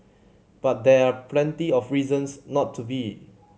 but there are plenty of reasons not to be